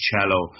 cello